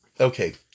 Okay